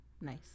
nice